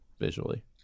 visually